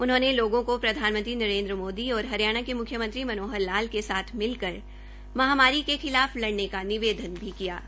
उन्होंने लोगों को प्रधानमंत्री नरेन्द्र मोदी और हरियाणा के म्ख्यमंत्री मनोहर लाल के साथ मिलकर महामारी के खिलाफ लड़ने का निवेदन किया है